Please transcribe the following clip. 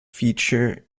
feature